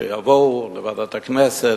שיבואו לוועדת הכנסת,